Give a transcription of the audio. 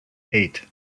eight